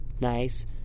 nice